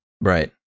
Right